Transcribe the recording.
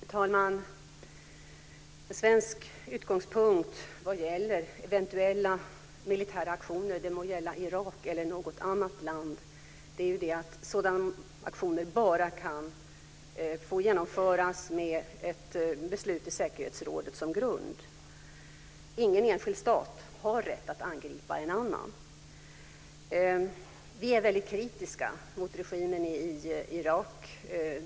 Fru talman! En svensk utgångspunkt vad gäller eventuella militära aktioner, det må gälla Irak eller något annat land, är att sådana aktioner bara kan få genomföras med ett beslut i säkerhetsrådet som grund. Ingen enskild stat har rätt att angripa en annan. Vi är väldigt kritiska mot regimen i Irak.